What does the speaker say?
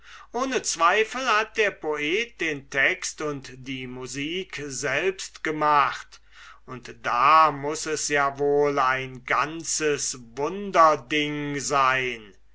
ohne zweifel hat der poet den text und die musik selbst gemacht und da muß es ja wohl ein ganzes wunderding sein